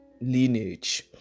lineage